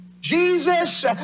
Jesus